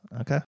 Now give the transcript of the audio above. Okay